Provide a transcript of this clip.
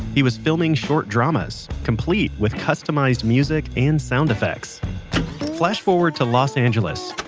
he was filming short dramas complete with customized music and sound effects flash forward to los angeles,